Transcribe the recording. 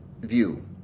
view